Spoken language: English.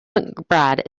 mcbride